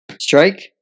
Strike